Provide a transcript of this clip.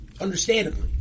Understandably